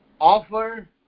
offer